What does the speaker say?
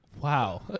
Wow